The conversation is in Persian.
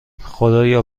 خدایا